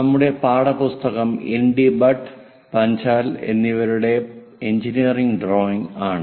നമ്മുടെ പാഠപുസ്തകം എൻഡി ഭട്ട് പഞ്ചാൽ എന്നിവരുടെ എഞ്ചിനീയറിംഗ് ഡ്രോയിംഗ് ആണ്